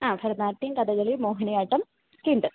ആ ഭരതനാട്യം കഥകളി മോഹിനിയാട്ടം ഒക്കെ ഉണ്ട്